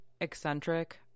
eccentric